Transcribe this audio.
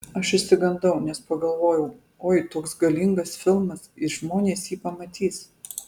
aš išsigandau nes pagalvojau oi toks galingas filmas ir žmonės jį pamatys